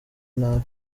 nabi